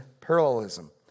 parallelism